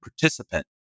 participant